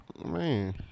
Man